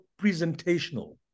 presentational